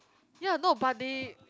ya no but they